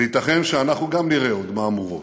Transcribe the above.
וייתכן שגם אנחנו נראה עוד מהמורות,